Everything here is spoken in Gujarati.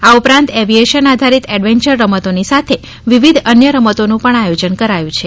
આ ઉપરાંત એવેએશન આધારિત એડવેનચર રમતોની સાથે વિવિધ અન્ય રમતોનું પણ આયોજન કરાયુ છે